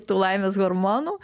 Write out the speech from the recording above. tų laimės hormonų